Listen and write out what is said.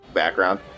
background